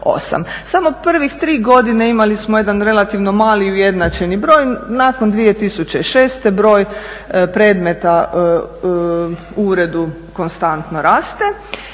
Samo prvih 3 godine imali smo jedan relativno mali ujednačeni broj, nakon 2006. broj predmeta u uredu konstantno raste.